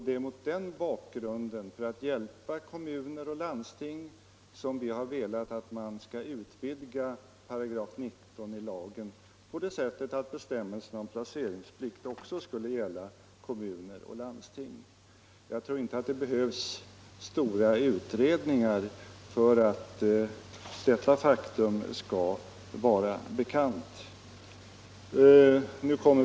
Det är mot den bakgrunden, för att hjälpa kommuner och landsting, som vi har velat att 19§ i lagen skall utvidgas på det sättet att bestämmelserna om placeringsplikt också skall gälla kommuner och landsting. Jag tror inte att det behövs stora utredningar för att klarlägga detta faktum.